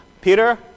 Peter